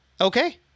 Okay